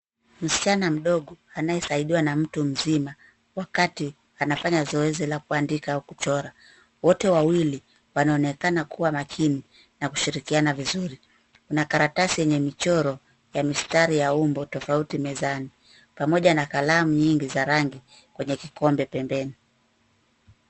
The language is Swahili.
Msichana mdogo anayesaidiwa na mtu mzima wakati anafanya zoezo la kuandika au kuchora. Wote wawili wanaonekana kuwa makini na kushirikiana vizuri. Kuna karatasi yenye michoro ya mistari ya umbo tofauti mezani. Pamoja na kalamu nyingi za rangi kwenye kikombe pembeni.